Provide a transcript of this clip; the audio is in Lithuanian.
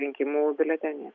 rinkimų biuletenyje